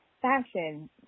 Fashion